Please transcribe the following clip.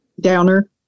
Downer